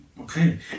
Okay